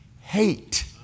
hate